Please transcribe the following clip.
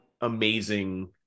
amazing